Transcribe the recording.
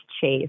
chase